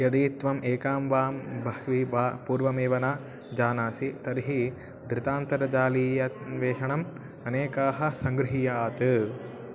यदि त्वम् एकां वां बह्वी वा पूर्वमेव न जानासि तर्हि दृतान्तरजालीय अन्वेषणम् अनेकाः सङ्गृहीयात्